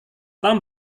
tom